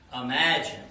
imagine